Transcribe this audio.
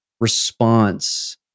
response